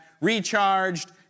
recharged